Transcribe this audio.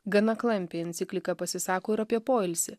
gana klampi enciklika pasisako ir apie poilsį